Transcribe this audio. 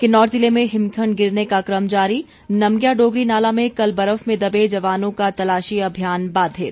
किन्नौर जिले में हिमखण्ड गिरने का क्रम जारी नमज्ञा डोगरी नाला में कल बर्फ में दबे जवानों का तलाशी अभियान बाधित